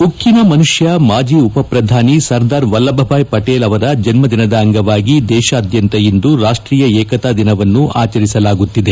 ಉಕ್ಕಿನ ಮನುಷ್ಣ ಮಾಜಿ ಉಪಪ್ರಧಾನಿ ಸರ್ದಾರ್ ವಲ್ಲಭ ಬಾಯ್ ಪಟೇಲ್ ಅವರ ಜನ್ನ ದಿನದ ಅಂಗವಾಗಿ ದೇಶಾದ್ಯಂತ ಇಂದು ರಾಷ್ಷೀಯ ಏಕತಾ ದಿನವನ್ನು ಆಚರಿಸಲಾಗುತ್ತಿದೆ